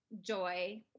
joy